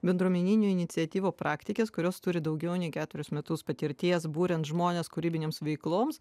bendruomeninių iniciatyvų praktikės kurios turi daugiau nei keturis metus patirties buriant žmones kūrybinėms veikloms